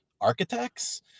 architects